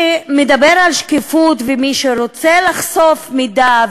מי שמדבר על שקיפות ומי שרוצה לחשוף מידע,